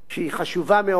והדגשתי אותה,